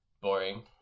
boring